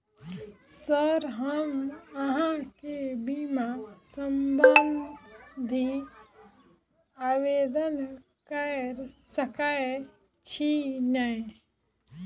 Sir हम अहाँ केँ बीमा संबधी आवेदन कैर सकै छी नै?